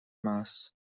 mas